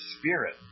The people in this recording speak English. spirit